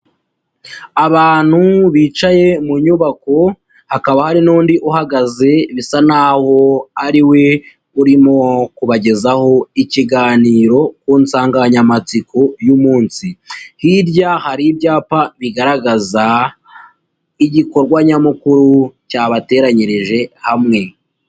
Abantu bicaye mu nyubako, hakaba hari n'undi uhagaze bisa naho ari we urimo kubagezaho ikiganiro ku nsanganyamatsiko y'umunsi, hirya hari ibyapa bigaragaza igikorwa nyamukuru cyabateranyirije hamwe.